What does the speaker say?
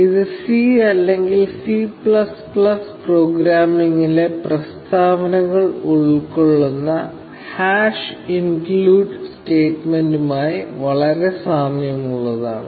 ഇത് സി അല്ലെങ്കിൽ സി പ്രോഗ്രാമിംഗിലെ പ്രസ്താവനകൾ ഉൾക്കൊള്ളുന്ന ഹാഷ് ഇൻക്ലൂഡ് സ്റ്റേറ്റ്മെന്റുമായി വളരെ സാമ്യമുള്ളതാണ്